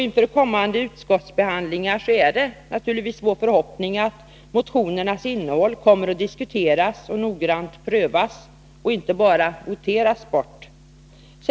Inför kommande utskottsbehandlingar är det naturligtvis vår förhoppning att motionernas innehåll kommer att diskuteras och noggrant prövas och inte bara voteras bort.